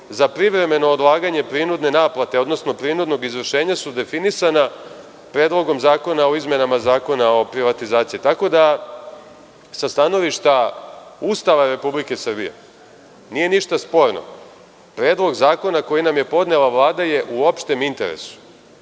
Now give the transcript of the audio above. za privremeno odlaganje prinudne naplate, odnosno prinudnog izvršenja su definisani Predlogom zakona o izmenama Zakona o privatizaciji. Sa stanovišta Ustava Republike Srbije nije ništa sporno. Predlog zakona koji nam je podnela Vlada je u opštem interesu.